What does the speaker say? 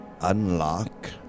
Unlock